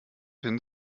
hin